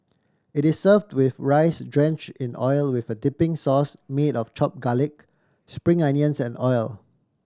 it is served with rice drench in oil with a dipping sauce made of chop garlic spring onions and oil